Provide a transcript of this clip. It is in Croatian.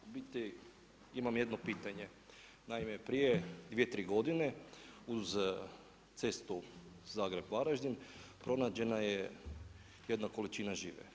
U biti imam jedno pitanje, naime prije 2, 3 godine, uz cestu Zagreb-Varaždin, pronađena je jedna količina žive.